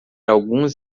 alguns